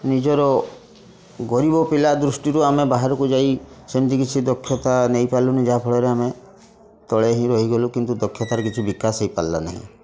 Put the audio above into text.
ନିଜର ଗରିବ ପିଲା ଦୃଷ୍ଟିରୁ ଆମେ ବାହାରକୁ ଯାଇ ସେମିତି କିଛି ଦକ୍ଷତା ନେଇପାରିଲୁନି ଯାହା ଫଳରେ ଆମେ ତଳେ ହିଁ ରହିଗଲୁ କିନ୍ତୁ ଦକ୍ଷତାର କିଛି ବିକାଶ ହେଇପାରିଲା ନାହିଁ